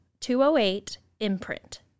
208-IMPRINT